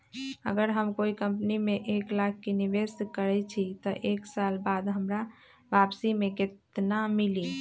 अगर हम कोई कंपनी में एक लाख के निवेस करईछी त एक साल बाद हमरा वापसी में केतना मिली?